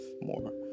more